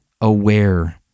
aware